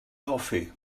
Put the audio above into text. hoffi